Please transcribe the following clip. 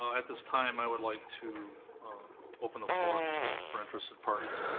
um at this time, i would like to open the floor for interested parties.